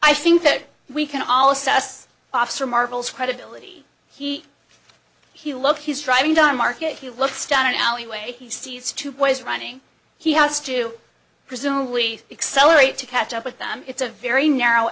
i think that we can all assess officer marvel's credibility he he look his driving down market he looks down an alleyway he sees two boys running he has to presume we accelerate to catch up with them it's a very narrow